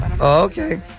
okay